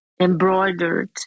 embroidered